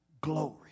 glory